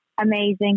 amazing